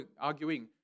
arguing